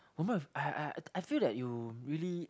I I I feel that you really